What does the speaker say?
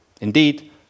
Indeed